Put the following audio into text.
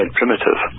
primitive